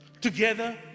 together